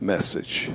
message